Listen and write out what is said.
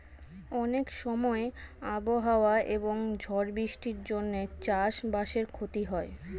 অনেক সময় আবহাওয়া এবং ঝড় বৃষ্টির জন্যে চাষ বাসের ক্ষতি হয়